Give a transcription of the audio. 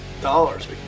dollars